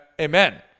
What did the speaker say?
amen